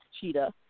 Cheetah